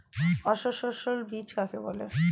অসস্যল বীজ কাকে বলে?